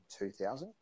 2000